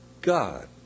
God